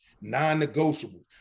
non-negotiable